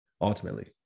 ultimately